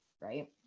right